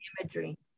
imagery